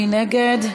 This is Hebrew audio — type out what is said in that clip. מי נגד?